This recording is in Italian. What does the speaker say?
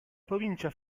provincia